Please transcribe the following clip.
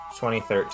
2013